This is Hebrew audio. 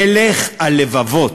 מלך הלבבות.